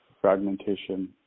fragmentation